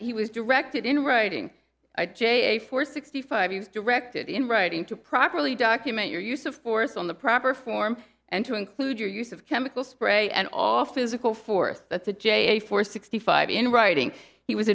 he was directed in writing i j a for sixty five years directed in writing to properly document your use of force on the proper form and to include your use of chemical spray and all physical force to j a four sixty five in writing he was